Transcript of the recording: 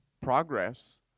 progress